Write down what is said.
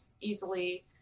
easily